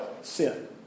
sin